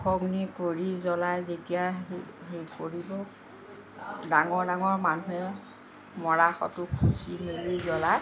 মুখগ্নি কৰি জ্ৱলাই যেতিয়া সে সেই কৰিব ডাঙৰ ডাঙৰ মানুহে মৰা শটো খুঁচি মেলি জ্ৱলাই